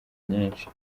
nyinshi